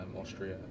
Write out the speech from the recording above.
Austria